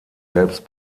selbst